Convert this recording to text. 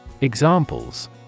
Examples